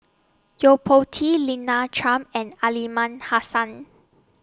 Yo Po Tee Lina Chiam and Aliman Hassan